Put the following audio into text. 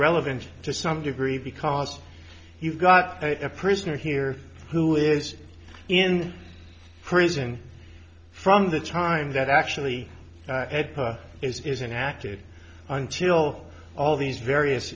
relevant to some degree because you've got a prisoner here who is in prison from the time that actually isn't acted until all these various